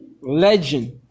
legend